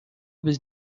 was